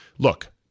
Look